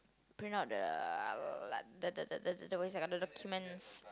print out the uh the the the the the what's that called the the documents